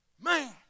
Man